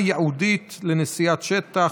נהיגת שטח בדרך שאינה ייעודית לנסיעת שטח),